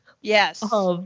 yes